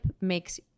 makes